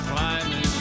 Climbing